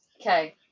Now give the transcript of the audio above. Okay